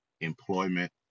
employment